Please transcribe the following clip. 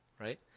right